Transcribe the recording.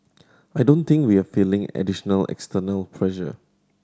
I don't think we're feeling additional external pressure